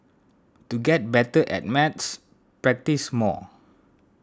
to get better at maths practise more